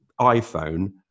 iPhone